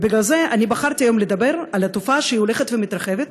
בגלל זה בחרתי היום לדבר על תופעה שהולכת ומתרחבת,